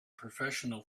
professional